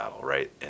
right